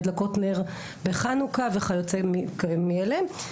הדלקות נר בחנוכה וכיוצא בזה.